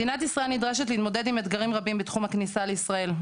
מדינת ישראל נדרשת להתמודד עם אתגרים רבים בתחום הכניסה לישראל.